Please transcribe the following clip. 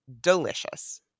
delicious